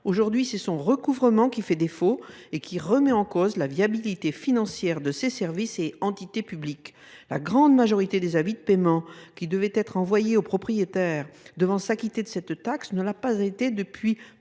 fiscale. C’est son recouvrement qui est aujourd’hui en défaut, ce qui remet en cause la viabilité financière de ces services et entités publics. La grande majorité des avis de paiement qui devaient être envoyés aux propriétaires devant s’acquitter de cette taxe ne l’ont pas été depuis plus d’un